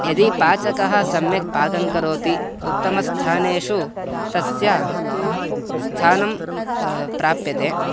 यदि पाचकः सम्यक् पाकं करोति उत्तमस्थानेषु तस्य स्थानं प्राप्यते